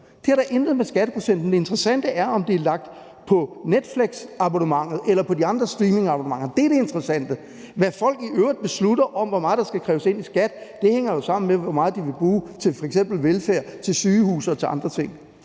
Det har da intet med skatteprocenten at gøre. Det interessante er, om det er lagt på Netflixabonnementet eller på de andre streamingabonnementer. Det er det interessante. Hvad folk i øvrigt beslutter, i forhold til hvor meget der skal kræves ind i skat, hænger jo sammen med, hvor meget de vil bruge til f.eks. velfærd, til sygehuse og til andre ting.